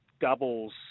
doubles